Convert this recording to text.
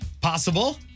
Possible